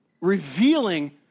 revealing